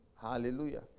Hallelujah